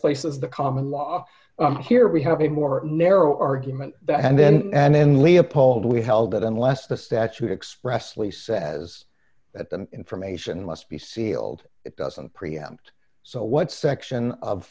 displaces the common law i'm here we have a more narrow argument that and then and then leopold we held that unless the statute expressly says that the information must be sealed it doesn't preempt so what section of